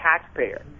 taxpayer